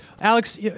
Alex